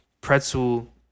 pretzel